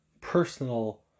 personal